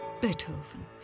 Beethoven